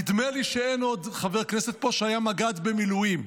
נדמה לי שאין עוד חבר כנסת פה שהיה מג"ד במילואים.